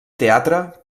teatre